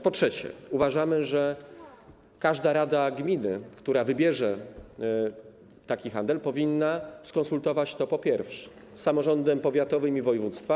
Po trzecie, uważamy, że każda rada gminy, która wybierze taki sposób handlu, powinna skonsultować to, po pierwsze, z samorządami powiatowym i województwa.